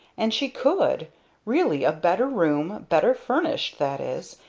and she could really a better room, better furnished, that is,